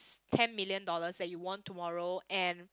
ten million dollars that you won tomorrow and